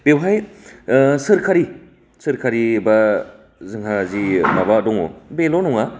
बेवहाय ओ सरखारि सरखारि एबा जोंहा जि माबा दङ बेल' नङा